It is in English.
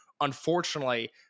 unfortunately